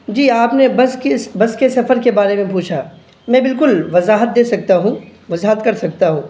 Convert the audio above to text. جی آپ نے بس کی بس کے سفر کے بارے میں پوچھا میں بالکل وضاحت دے سکتا ہوں وضاحت کر سکتا ہوں